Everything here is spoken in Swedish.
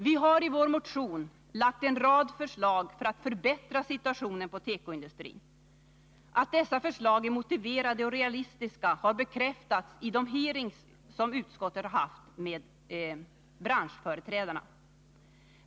Vi har i vår motion lagt fram en rad förslag för att förbättra situationen för tekoindustrin. Att dessa förslag är motiverade och realistiska har bekräftats i de hearings som utskottet haft med branschföreträdare.